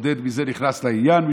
ומזה עודד נכנס לעניין.